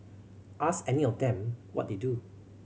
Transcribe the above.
ask any of them what they do